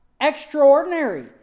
extraordinary